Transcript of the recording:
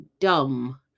dumb